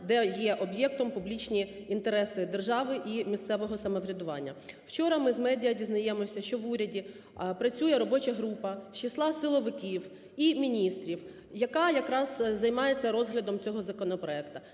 де є об'єктом публічні інтереси держави і місцевого самоврядування. Вчора ми з медіа дізнаємося, що в уряді працює робоча група з числа силовиків і міністрів, яка якраз займається розглядом цього законопроекту.